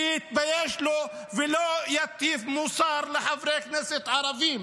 שיתבייש לו ולא יטיף מוסר לחברי כנסת ערבים.